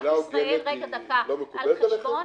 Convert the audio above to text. ישראל -- המילה הוגנת לא מקובלת עליכם?